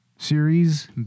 Series